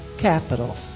capital